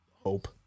hope